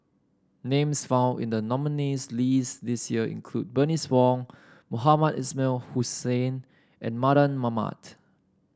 names found in the nominees' list this year include Bernice Wong Mohamed Ismail Hussain and Mardan Mamat